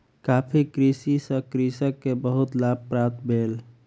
coffee कृषि सॅ कृषक के बहुत लाभ प्राप्त भेल